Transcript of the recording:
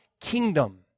kingdom